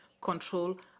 control